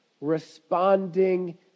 responding